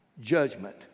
Judgment